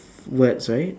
words right